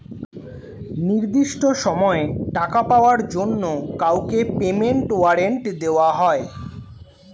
নির্দিষ্ট সময়ে টাকা পাওয়ার জন্য কাউকে পেমেন্ট ওয়ারেন্ট দেওয়া হয়